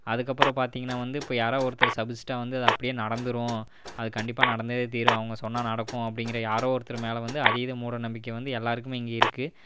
அதுக்கு அப்புறம் பார்த்திங்கனா வந்து இப்போ யாராவது ஒருத்தரை சபிச்சிவிட்டா வந்து அது அப்படியே நடந்துவிடும் அது கண்டிப்பாக நடந்ததே தீரும் அவங்க சொன்னால் நடக்கும் அப்படிங்குற யாரோ ஒருத்தர் மேல வந்து ஆதித மூடநம்பிக்கை வந்து எல்லாருக்குமே இங்கே இருக்கு